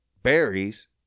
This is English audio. berries